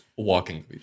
Walking